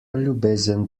ljubezen